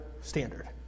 standard